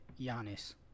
Giannis